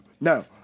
no